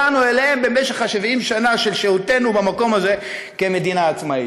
שהגענו אליהם במשך 70 השנה של שהותנו במקום הזה כמדינה עצמאית.